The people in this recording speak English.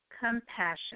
compassion